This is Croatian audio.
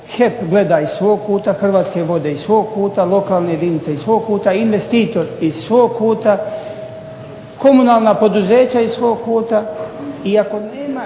HEP gleda iz svog kuta, Hrvatske vode iz svog kuta, lokalne jedinice iz svog kuta, investitor iz svog kuta, komunalna poduzeća iz svog kuta.